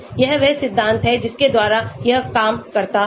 यह वह सिद्धांत है जिसके द्वारा यह काम करता है